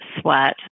sweat